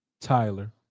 Tyler